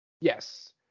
Yes